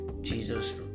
Jesus